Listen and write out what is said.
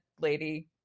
lady